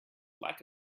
lack